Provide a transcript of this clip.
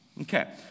Okay